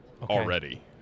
already